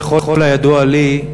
ככל הידוע לי,